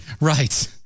Right